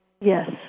Yes